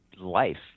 life